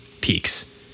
peaks